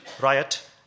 riot